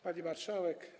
Pani Marszałek!